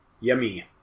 yummy